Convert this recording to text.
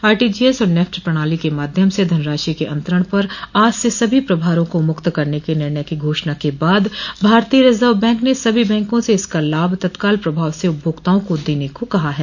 RTGS और NEFT प्रणाली के माध्यम से धनराशि के अंतरण पर आज से सभी प्रभारों को मुक्त करने के निर्णय की घोषणा के बाद भारतीय रिजर्व बैंक ने सभी बैंकों से इसका लाभ तत्काल प्रभाव से उपभोक्ताओं को देने को कहा है